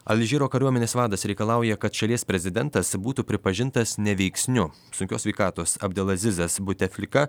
alžyro kariuomenės vadas reikalauja kad šalies prezidentas būtų pripažintas neveiksniu sunkios sveikatos abdelazizas buteflika